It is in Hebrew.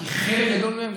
כי חלק גדול מהם,